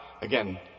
again